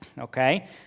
okay